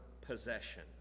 possession